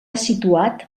situat